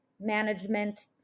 management